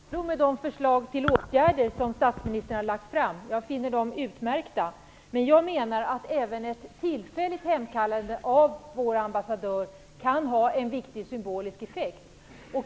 Fru talman! Jag finner de förslag till åtgärder som statsministern har lagt fram utmärkta. Men jag menar att även ett tillfälligt hemkallande av vår ambassadör kan ha en viktig symbolisk effekt.